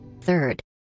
Third